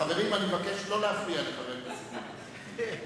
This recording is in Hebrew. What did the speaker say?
חברים, אני מבקש שלא להפריע לחבר הכנסת מולה.